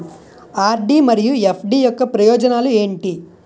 RD మరియు FD యొక్క ప్రయోజనాలు ఏంటి?